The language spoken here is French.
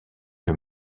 que